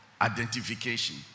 identification